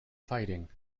fighting